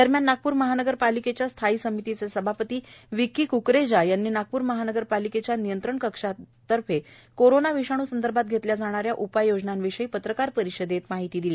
दरम्यान नागप्र महानगर पालिकेच्या स्थायी समितीचे सभापति विककी क्करेजा यांनी नागप्र महानग्रपालिकेच्या नियंत्रण कक्षातर्फे कोरोंना विषाणू संदर्भात घेतल्या जाणाऱ्या उपाय योजणांविषयी पत्रकार परिषदेत माहिती दिली